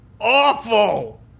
awful